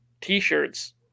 T-shirts